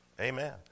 Amen